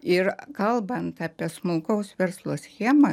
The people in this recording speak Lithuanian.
ir kalbant apie smulkaus verslo schema